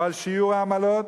או על שיעור העמלות,